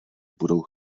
budou